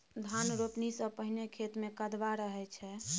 धान रोपणी सँ पहिने खेत मे कदबा रहै छै